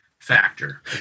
factor